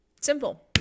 Simple